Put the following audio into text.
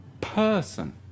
Person